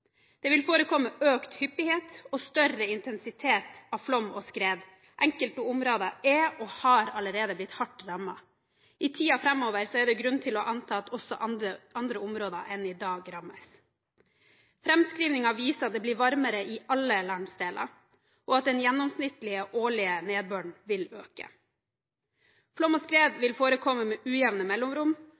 Det vil forekomme økt hyppighet av og større intensitet på flom og skred. Enkelte områder er og har allerede blitt hardt rammet. I tiden framover er det grunn til å anta at også andre områder enn dem som i dag rammes, vil rammes. Framskrivninger viser at det blir varmere i alle landsdeler, og at den gjennomsnittlige årlige nedbøren vil øke. Flom og skred vil forekomme med ujevne mellomrom,